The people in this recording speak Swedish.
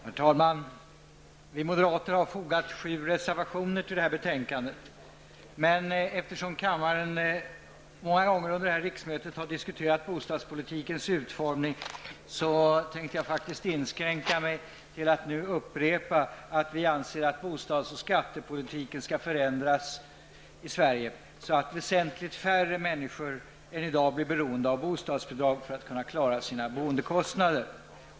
Herr talman! Vi moderater har fogat sju reservationer till betänkandet. Men eftersom kammaren många gånger under riksmötet har diskuterat bostadspolitikens utformning, tänkte jag inskränka mig till att nu upprepa att vi anser att bostads och skattepolitiken skall förändras i Sverige så att väsentligt färre människor än i dag blir beroende av bostadsbidrag för att klara sina boendekostnader.